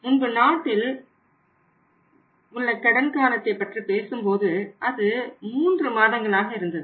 முன்பு நாட்டில் உள்ள கடன் காலத்தைப் பற்றி பேசும்போது அது 3 மாதங்களாக இருந்தது